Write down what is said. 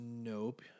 nope